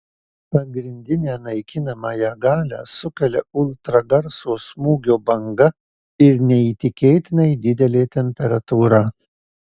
pagrindinę naikinamąją galią sukelia ultragarso smūgio banga ir neįtikėtinai didelė temperatūra